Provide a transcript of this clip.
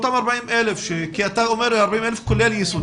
אותם 140,000. כי אתה אומר שה-140,000 כולל יסודי.